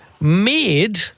made